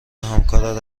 همکارت